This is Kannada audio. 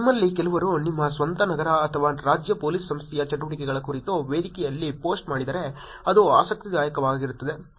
ನಿಮ್ಮಲ್ಲಿ ಕೆಲವರು ನಿಮ್ಮ ಸ್ವಂತ ನಗರ ಅಥವಾ ರಾಜ್ಯ ಪೊಲೀಸ್ ಸಂಸ್ಥೆಯ ಚಟುವಟಿಕೆಗಳ ಕುರಿತು ವೇದಿಕೆಯಲ್ಲಿ ಪೋಸ್ಟ್ ಮಾಡಿದರೆ ಅದು ಆಸಕ್ತಿದಾಯಕವಾಗಿರುತ್ತದೆ